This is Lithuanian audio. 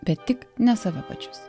bet tik ne save pačius